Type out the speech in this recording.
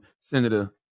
Senator